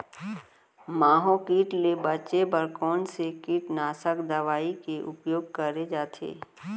माहो किट ले बचे बर कोन से कीटनाशक दवई के उपयोग करे जाथे?